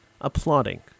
applauding